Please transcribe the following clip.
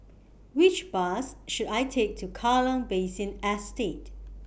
Which Bus should I Take to Kallang Basin Estate